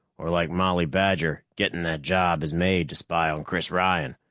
or like molly badger getting that job as maid to spy on chris ryan.